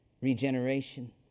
Regeneration